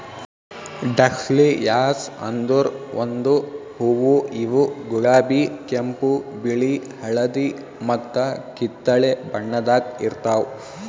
dahlias ಅಂದುರ್ ಒಂದು ಹೂವು ಇವು ಗುಲಾಬಿ, ಕೆಂಪು, ಬಿಳಿ, ಹಳದಿ ಮತ್ತ ಕಿತ್ತಳೆ ಬಣ್ಣದಾಗ್ ಇರ್ತಾವ್